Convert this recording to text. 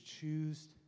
choose